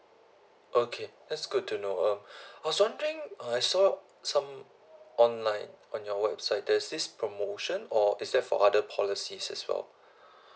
okay that's good to know um I was wondering uh I saw some online on your website there's this promotion or is that for other policies as well